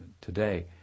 today